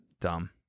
dumb